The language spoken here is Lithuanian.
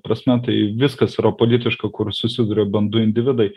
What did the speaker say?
prasme tai viskas yra politiška kur susiduria bent du individai